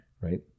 Right